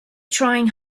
trying